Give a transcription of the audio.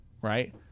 right